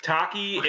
Taki